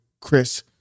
Chris